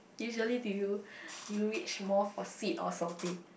usually do you do you reach more for sweet or salty